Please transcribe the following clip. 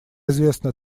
известно